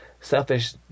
selfish